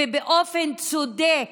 באופן צודק